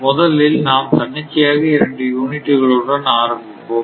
முதலில் நாம் தன்னிச்சையாக 2 யூனிட்டுகள் உடன் ஆரம்பிப்போம்